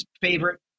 favorite